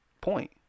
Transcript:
point